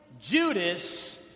Judas